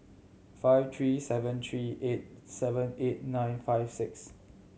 five three seven three eight seven eight nine five six